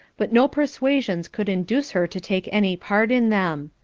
but no persuasions could induce her to take any part in them.